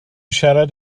siarad